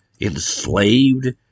enslaved